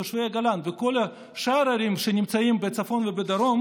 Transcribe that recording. תושבי הגולן וכל שאר הערים שנמצאות בצפון ובדרום,